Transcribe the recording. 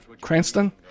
Cranston